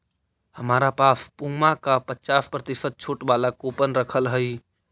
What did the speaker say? हमरा पास पुमा का पचास प्रतिशत छूट वाला कूपन रखल हई